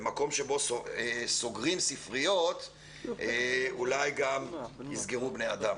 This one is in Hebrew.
במקום שבו סוגרים ספריות, אולי גם יסגרו בני אדם.